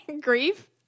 Grief